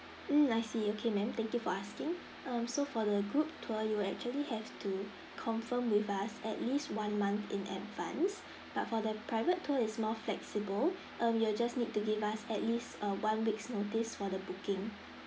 mm I see okay ma'am thank you for asking um so for the group tour you will actually have to confirm with us at least one month in advance but for the private tour is more flexible um you'll just need to give us at least uh one week's notice for the booking